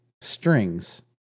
strings